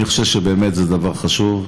אני חושב שזה באמת דבר חשוב.